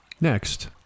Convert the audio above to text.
Next